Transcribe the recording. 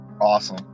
Awesome